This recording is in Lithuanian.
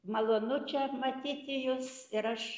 malonu čia matyti jus ir aš